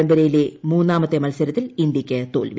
പരമ്പരയിലെ മൂന്നാമത്തെ മത്സരത്തിൽ ഇന്ത്യയ്ക്ക് തോൽവി